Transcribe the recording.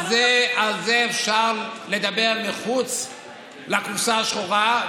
על זה אפשר לדבר מחוץ לקופסה השחורה,